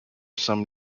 some